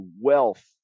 wealth